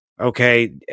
Okay